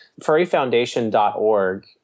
Furryfoundation.org